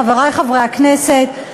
חברי חברי הכנסת,